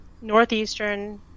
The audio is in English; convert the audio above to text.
Northeastern